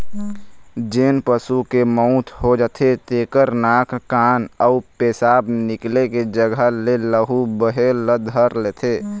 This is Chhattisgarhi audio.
जेन पशु के मउत हो जाथे तेखर नाक, कान अउ पेसाब निकले के जघा ले लहू बहे ल धर लेथे